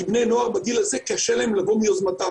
כי קשה לבני נוער לבוא מיוזמתם,